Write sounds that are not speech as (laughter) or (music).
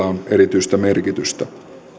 (unintelligible) on erityistä merkitystä